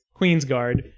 Queensguard